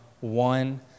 one